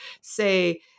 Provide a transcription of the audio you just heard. say